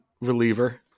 reliever